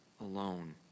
alone